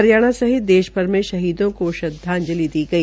हरियाणा सहित देश भर में शहीदों को श्रद्वाजंलि दी गई